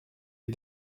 est